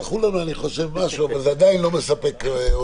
שלחו לנו משהו, אבל זה עדיין לא מספק אותנו.